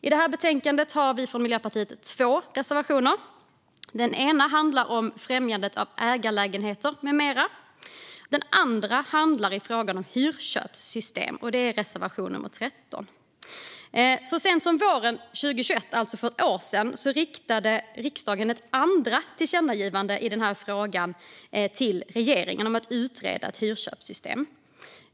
I det här betänkandet har vi från Miljöpartiet två reservationer. Den ena handlar om främjandet av ägarlägenheter med mera, och den andra handlar om frågan om hyrköpssystem. Det är reservation nummer 13. Så sent som våren 2021, alltså för ett år sedan, riktade riksdagen ett andra tillkännagivande till regeringen om att utreda ett hyrköpssystem.